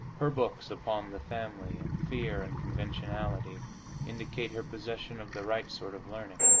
her books upon the family and fear and conventionality indicate her possession of the right sort of learning.